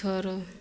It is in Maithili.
थोरू